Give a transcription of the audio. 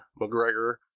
McGregor